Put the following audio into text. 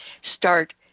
start